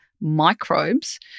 microbes